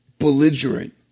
belligerent